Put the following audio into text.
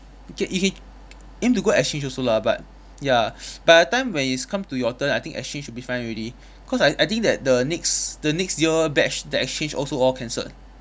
K you K aim to go exchange also lah but ya by the time when is come to your turn I think exchange will be fine already cause I I think that the next the next year batch the exchange also all cancelled